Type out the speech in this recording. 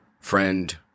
friend